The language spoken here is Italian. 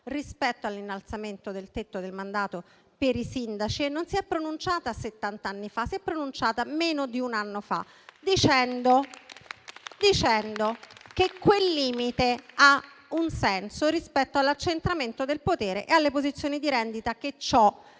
rispetto all'innalzamento del tetto del mandato per i sindaci e lo ha fatto non settant'anni fa, ma meno di un anno fa, dicendo che quel limite ha un senso rispetto all'accentramento del potere e alle posizioni di rendita che ne